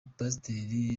pasiteri